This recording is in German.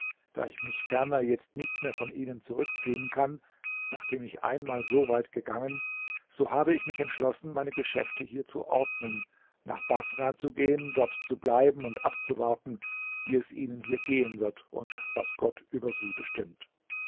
da ich mich ferner jetzt nicht mehr von ihnen zurückziehen kann nachdem ich einmal so weit gegangen so habe ich mich entschlossen meine geschäfte hier zu ordnen nach baßrah zu gehen dort zu bleiben und abzuwarten wie es ihnen hier gehen wird und was gott über sie bestimmt